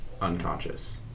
unconscious